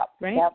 Right